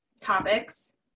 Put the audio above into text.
topics